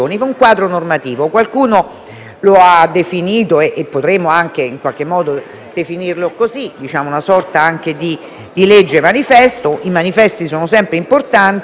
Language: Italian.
lo ha definito e potremmo anche in qualche modo definirlo una sorta di legge manifesto. I manifesti sono sempre importanti, ma certamente